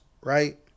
right